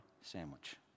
sandwich